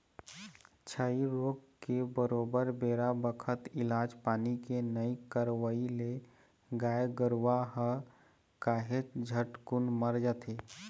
छई रोग के बरोबर बेरा बखत इलाज पानी के नइ करवई ले गाय गरुवा ह काहेच झटकुन मर जाथे